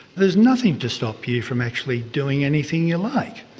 there is nothing to stop you from actually doing anything you like.